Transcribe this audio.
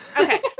okay